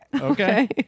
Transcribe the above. Okay